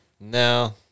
No